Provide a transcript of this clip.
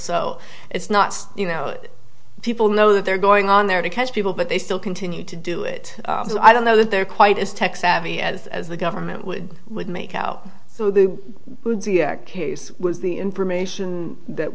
so it's not you know people know that they're going on there to catch people but they still continue to do it so i don't know that they're quite as tech savvy as the government would make out so the case was the information that